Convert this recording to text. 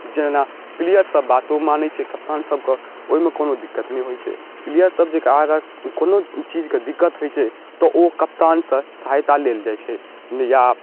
जेना प्लेअरसभ बातो मानै छै कप्तानसबके ओहिमे कोनो दिक्कत नहि होइ छै प्लेअरसब जे अगर कोनो चीजके दिक्कत होइ छै तऽ ओ कप्तानसँ सहायता लेल जाए छै या